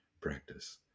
practice